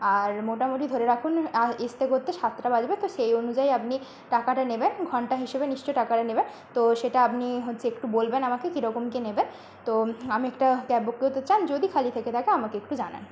আর মোটামুটি ধরে রাখুন এস্তে করতে সাতটা বাজবে তো সেই অনুযায়ী আপনি টাকাটা নেবেন ঘন্টা হিসেবে নিশ্চয় টাকাটা নেবেন তো সেটা আপনি হচ্ছে একটু বলবেন আমাকে কীরকম কী নেবেন তো আমি একটা ক্যাব বুক করতে চান যদি খালি থেকে থাকে আমাকে একটু জানান